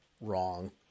wrong